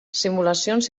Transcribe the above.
simulacions